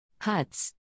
Huts